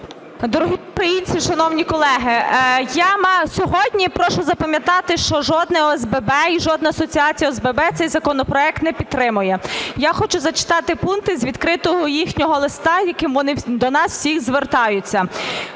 Дорогі українці, шановні колеги, я сьогодні, прошу запам'ятати, що жодне ОСББ і жодна асоціація з ОСББ цей законопроект не підтримує. Я хочу зачитати пункти з відкритого їхнього листа, яким вони до нас всіх звертаються.